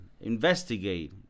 Investigate